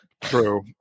True